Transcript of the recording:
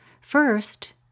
First